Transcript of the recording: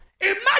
imagine